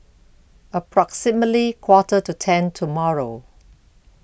approximately Quarter to ten tomorrow